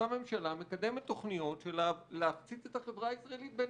אותה ממשלה מקדמת תכניות של להפציץ את החברה הישראלית בנשק.